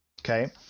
Okay